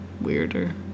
weirder